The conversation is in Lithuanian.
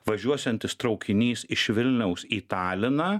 važiuosiantis traukinys iš vilniaus į taliną